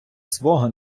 свого